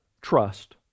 trust